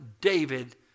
David